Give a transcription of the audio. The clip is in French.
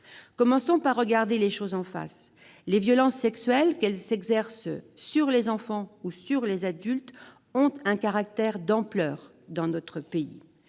Commençons par regarder les choses en face : les violences sexuelles, qu'elles s'exercent sur des enfants ou sur des adultes, sont un phénomène d'ampleur dans notre pays.